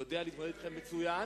יודע להתמודד אתכם מצוין,